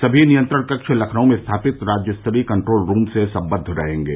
सभी नियंत्रण कक्ष लखनऊ में स्थापित राज्यस्तरीय कंट्रोल रूम से संबद्व रहेंगे